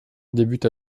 débute